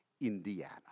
Indiana